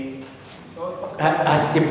שעות פסטורליות.